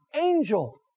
angel